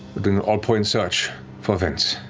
do an all-point search for vence,